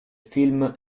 film